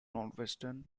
northwestern